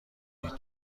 هیچ